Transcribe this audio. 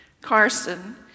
Carson